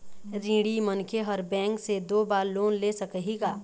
ऋणी मनखे हर बैंक से दो बार लोन ले सकही का?